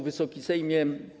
Wysoki Sejmie!